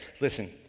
listen